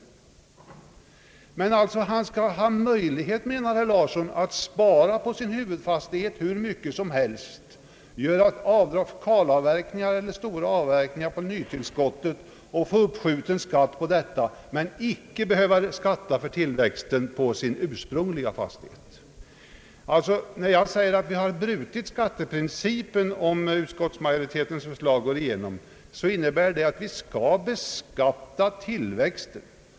Herr Larsson anser att den här mannen skall ha möjlighet att spara hur mycket som helst på sin huvudfastighet, göra avdrag för kalavverkningar eller stora avverkningar på nytillskottet och få skatten på detta uppskjuten utan att behöva skatta för tillväxten på sin ursprungliga fastighet. Jag sade att vi bryter skatteprincipen, om utskottsmajoritetens förslag går igenom, ty tillväxten skall ju beskattas.